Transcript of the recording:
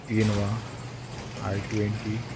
Innova I twenty